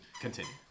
continue